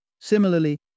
Similarly